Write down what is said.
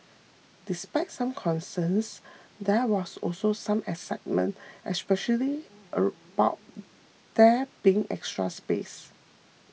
despite some concerns there was also some excitement especially about there being extra space